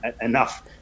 enough